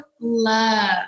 love